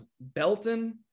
Belton